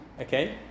okay